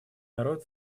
народ